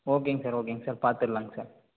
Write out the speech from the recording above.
ஓகேங்க சார் ஓகேங்க சார் பார்த்துட்லாங்க சார்